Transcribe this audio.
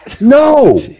no